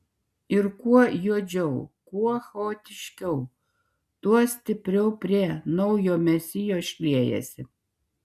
ir kuo juodžiau kuo chaotiškiau tuo stipriau prie naujo mesijo šliejasi